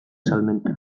salmenta